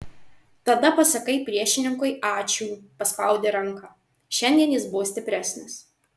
tada pasakai priešininkui ačiū paspaudi ranką šiandien jis buvo stipresnis